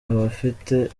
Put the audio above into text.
abafite